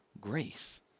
grace